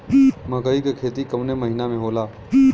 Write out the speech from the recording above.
मकई क खेती कवने महीना में होला?